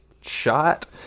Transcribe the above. shot